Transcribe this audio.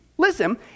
Listen